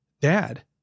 dad